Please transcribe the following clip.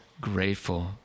grateful